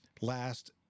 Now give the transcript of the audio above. last